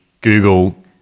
Google